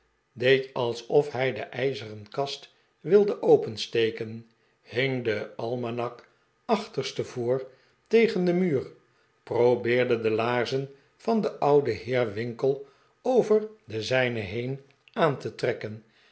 deed alsof hij de ijzeren kast wilde opensteken hing den almanak achterste voor tegen den muur probeerde de laarzen van den ouden heer winkle over de zijne heen aan te trekken